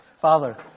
Father